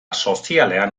sozialean